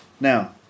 Now